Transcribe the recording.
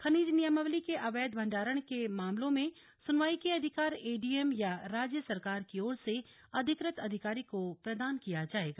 खनिज नियमावली के अवैध भंडारण के मामलों में सुनवाई के अधिकार एडीएम या राज्य सरकार की ओर से अधिक त अधिकारी को प्रदान किया जाएगा